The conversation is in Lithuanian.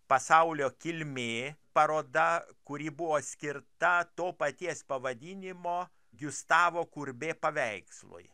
pasaulio kilmė paroda kuri buvo skirta to paties pavadinimo giustavo kurbė paveikslui